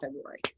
February